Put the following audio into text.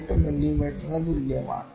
8 മില്ലിമീറ്ററിന് തുല്യമാണ്